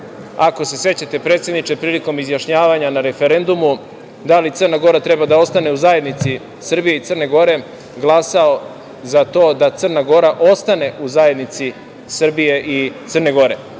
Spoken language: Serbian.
ako se sećate predsedniče, prilikom izjašnjavanja na referendumu, da li Crna Gora treba da ostane u zajednici Srbije i Crne Gore, glasao za to da Crna Gora ostane u zajednici Srbije i Crne Gore. Ali,